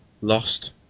lost